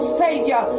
savior